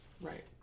Right